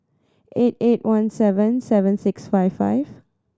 eight eight one seven seven six five five